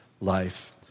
life